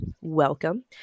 welcome